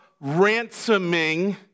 ransoming